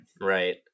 Right